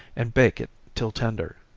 and bake it till tender.